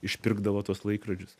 išpirkdavo tuos laikrodžius